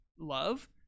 love